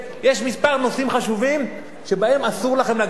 יש כמה נושאים חשובים שבהם אסור לנו לגעת.